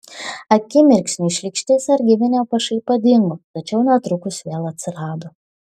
akimirksniui šlykšti sargybinio pašaipa dingo tačiau netrukus vėl atsirado